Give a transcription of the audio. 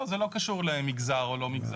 לא, זה לא קשור למגזר או לא מגזר.